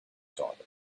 daughter